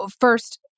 first